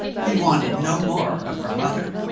he wanted no more of her mother.